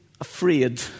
afraid